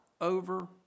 over